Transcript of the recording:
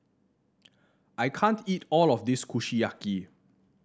I can't eat all of this Kushiyaki